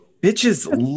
bitches